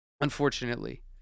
Unfortunately